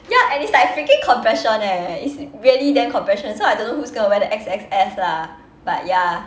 ya and it's like freaking compression eh it's really damn compression so I don't know who's gonna wear the X_X_S lah but ya